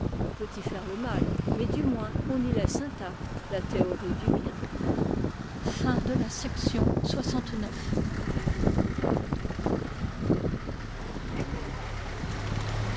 on peut y faire le mal mais du moins on y laisse intacte la théorie du bien